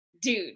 dude